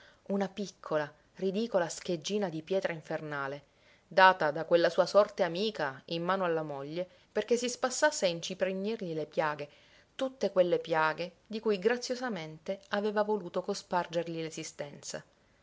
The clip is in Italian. una piccola ridicola scheggina di pietra infernale data da quella sua sorte amica in mano alla moglie perché si spassasse a inciprignirgli le piaghe tutte quelle piaghe di cui graziosamente aveva voluto cospargergli